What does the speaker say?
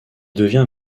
devint